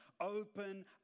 open